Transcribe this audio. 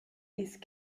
ist